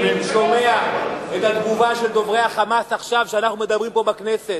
אני שומע את התגובה של דוברי ה"חמאס" עכשיו כשאנחנו מדברים פה בכנסת,